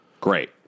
Great